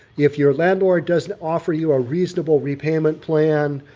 if your landlord doesn't offer you a reasonable repayment plan,